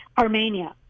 Armenia